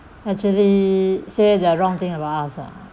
actually say the wrong thing about us ah